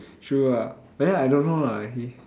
true ah but then I don't know lah he